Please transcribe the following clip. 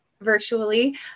virtually